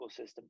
ecosystem